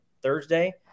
Thursday